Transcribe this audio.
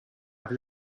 have